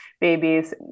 babies